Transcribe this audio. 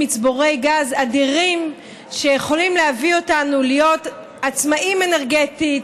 מצבורי גז אדירים שיכולים להביא אותנו להיות עצמאיים אנרגטית,